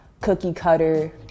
cookie-cutter